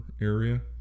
area